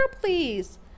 please